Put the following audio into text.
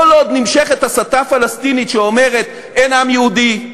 כל עוד נמשכת הסתה פלסטינית שאומרת: אין עם יהודי,